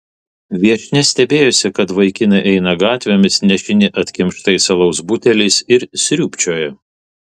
viešnia stebėjosi kad vaikinai eina gatvėmis nešini atkimštais alaus buteliais ir sriūbčioja